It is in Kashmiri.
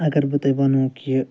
اگر بہٕ تۄہہِ وَنو کہِ